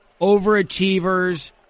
overachievers